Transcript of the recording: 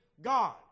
God